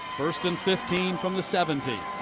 first and fifteen from the seventeen.